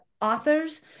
authors